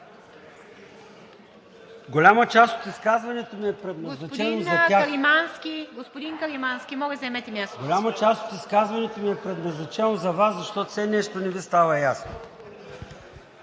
Голяма част от изказването ми е предназначено за Вас, защото все нещо не Ви става ясно.